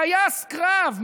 טייס קרב,